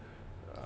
uh